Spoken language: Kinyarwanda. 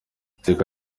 iteka